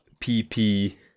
pp